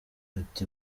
ati